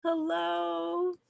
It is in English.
Hello